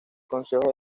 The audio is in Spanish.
concejo